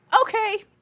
Okay